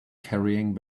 carrying